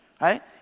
right